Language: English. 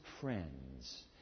friends